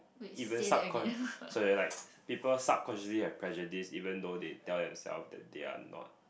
if you subcon~ sorry like people subconsciously have prejudice even though they tell them self that they are not